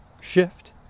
shift